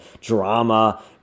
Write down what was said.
drama